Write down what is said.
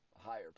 Higher